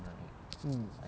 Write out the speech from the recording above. mm